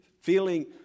feeling